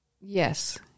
Yes